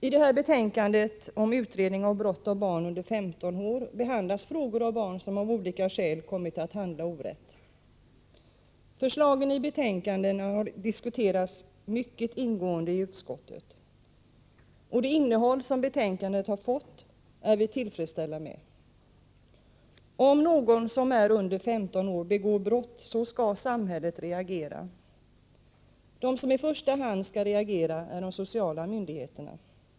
I detta betänkande om utredning av brott begångna av barn under 15 år behandlas frågor om barn som av olika skäl kommit att handla orätt. Förslagen i betänkandet har diskuterats mycket ingående i utskottet. Det innehåll som betänkandet fått är vi tillfredsställda med. Om någon som är under 15 år begår brott skall samhället reagera. De som i första hand skall reagera är de sociala myndigheterna.